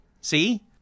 See